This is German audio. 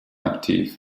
aktiv